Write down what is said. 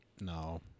No